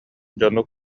дьону